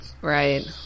right